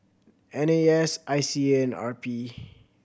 N A S I C A and R P